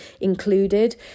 included